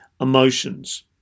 emotions